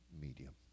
medium